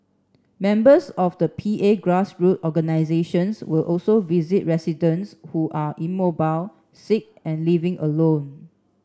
members of the P A grass root organisations will also visit residents who are immobile sick and living alone